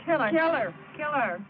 killer killer